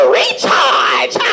recharge